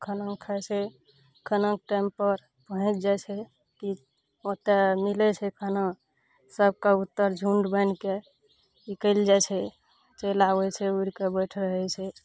खाना ओ खाइ छै खानाके टाइम पर पहुँच जाइ छै कि ओतय मिलै छै खाना सब कबुत्तर झुण्ड बान्हि कए निकलि जाइ छै चैलि आबै छै उरि कऽ बैस रहै छै